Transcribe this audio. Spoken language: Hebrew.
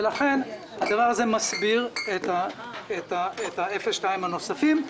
הדבר הזה מסביר את ה-0.2% הנוספים.